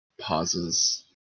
pauses